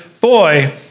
boy